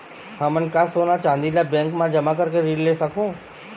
हमन का सोना चांदी ला बैंक मा जमा करके ऋण ले सकहूं?